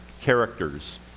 characters